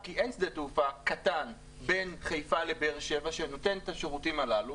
כי אין שדה תעופה קטן בין חיפה לבאר שבע שנותן את השירותים הללו